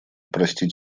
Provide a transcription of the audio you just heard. простить